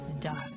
dark